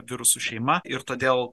virusų šeima ir todėl